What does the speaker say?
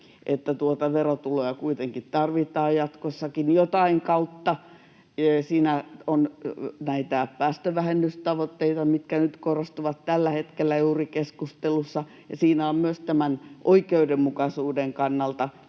että verotuloja kuitenkin tarvitaan jatkossakin jotain kautta — ja siinä on näitä päästövähennystavoitteita, mitkä nyt korostuvat juuri tällä hetkellä keskustelussa, ja siinä on myös oikeudenmukaisuuden kannalta